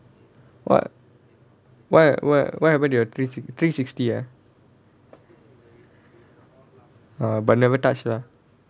what what what what happen to your three si~ three sixty ah orh but never touch lah